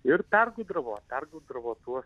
ir pergudravo pergudravo tuos